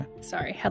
Sorry